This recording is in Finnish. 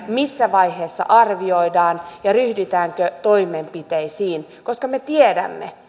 missä vaiheessa arvioidaan ja ryhdytäänkö toimenpiteisiin koska me tiedämme